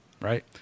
Right